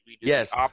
Yes